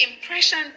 impression